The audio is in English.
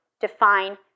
define